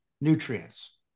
Nutrients